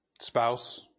Spouse